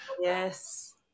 yes